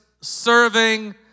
serving